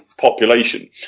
population